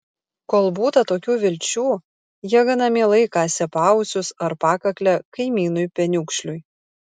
kol būta tokių vilčių jie gana mielai kasė paausius ar pakaklę kaimynui peniukšliui